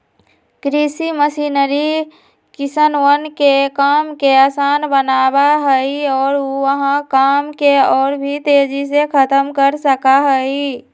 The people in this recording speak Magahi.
कृषि मशीनरी किसनवन के काम के आसान बनावा हई और ऊ वहां काम के और भी तेजी से खत्म कर सका हई